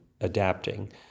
adapting